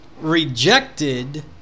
rejected